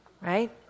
Right